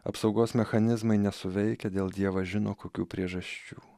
apsaugos mechanizmai nesuveikia dėl dievas žino kokių priežasčių